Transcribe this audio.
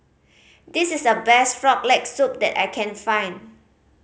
this is the best Frog Leg Soup that I can find